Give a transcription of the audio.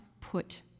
put